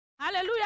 Hallelujah